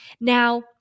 Now